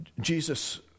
Jesus